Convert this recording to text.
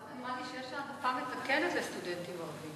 דווקא נראה לי שיש העדפה מתקנת לסטודנטים ערבים.